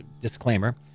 disclaimer